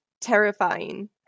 terrifying